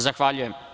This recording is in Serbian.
Zahvaljujem.